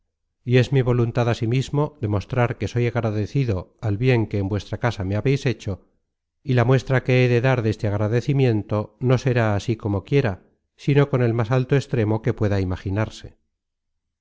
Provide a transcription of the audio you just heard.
y es mi voluntad asimismo de mostrar que soy agradecido al bien que en vuestra casa me habeis hecho y la muestra que he de dar deste agradecimiento no será así como quiera sino con el más alto extremo que pueda imaginarse